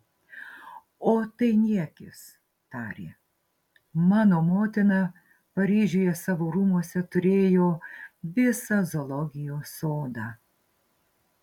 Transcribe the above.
o tai niekis tarė mano motina paryžiuje savo rūmuose turėjo visą zoologijos sodą